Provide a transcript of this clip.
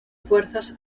fuerzas